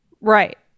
right